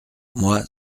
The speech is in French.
moi